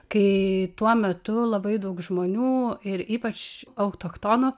kai tuo metu labai daug žmonių ir ypač autochtonų